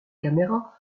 caméras